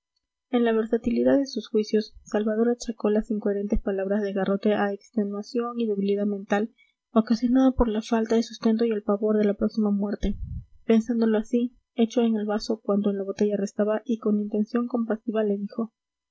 en la versatilidad de sus juicios salvador achacó las incoherentes palabras de garrote a extenuación y debilidad mental ocasionada por la falta de sustento y el pavor de la próxima muerte pensándolo así echó en el vaso cuanto en la botella restaba y con intención compasiva le dijo